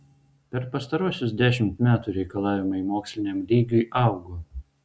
per pastaruosius dešimt metų reikalavimai moksliniam lygiui augo